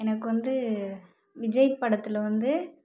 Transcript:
எனக்கு வந்து விஜய் படத்தில் வந்து